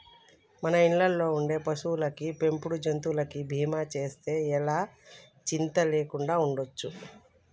మన ఇళ్ళల్లో ఉండే పశువులకి, పెంపుడు జంతువులకి బీమా చేస్తే ఎలా చింతా లేకుండా ఉండచ్చు